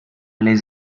les